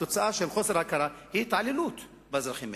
התוצאה של חוסר הכרה היא התעללות באזרחים האלה.